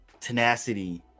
tenacity